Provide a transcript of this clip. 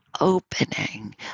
opening